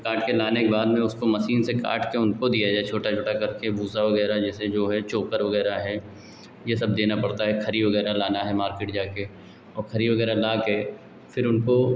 और काटकर लाने के बाद में उसको मशीन से काटकर उनको दिया जाए छोटा छोटा करके भूसा वग़ैरह जैसे जो है चोकर वग़ैरह है यह सब देना पड़ता है खरी वग़ैरह लाना है मार्केट जाकर और खरी वग़ैरह लाकर फिर उनको